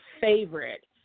favorite